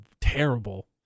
terrible